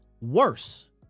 Worse